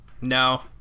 no